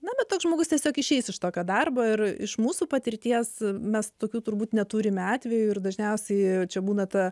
na bet toks žmogus tiesiog išeis iš tokio darbo ir iš mūsų patirties mes tokių turbūt neturime atvejų ir dažniausiai čia būna ta